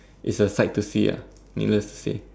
it's a sight to see ah needless to say